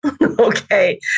Okay